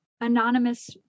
anonymous